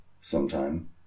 sometime